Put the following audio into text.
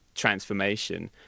transformation